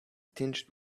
tinged